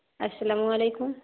السلام علیکم